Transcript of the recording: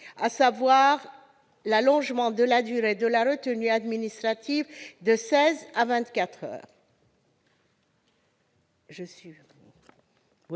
à savoir l'allongement de la durée de la retenue administrative de seize